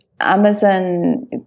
Amazon